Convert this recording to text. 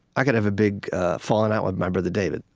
i could have a big falling out with my brother david,